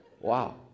Wow